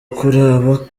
kuraba